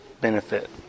benefit